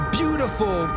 beautiful